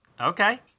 Okay